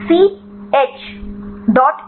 छात्र सीएच